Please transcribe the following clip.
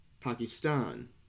Pakistan